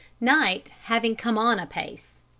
night having come on apace.